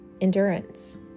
Endurance